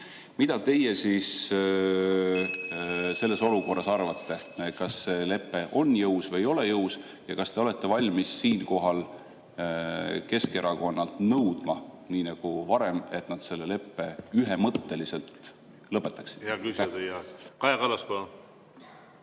Mida teie selles olukorras arvate: kas see lepe on jõus või ei ole jõus, ja kas te olete valmis siinkohal Keskerakonnalt nõudma nii nagu varem, et nad selle leppe ühemõtteliselt lõpetaks? Aitäh sõna andmast!